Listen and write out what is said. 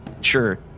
Sure